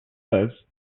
lives